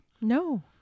No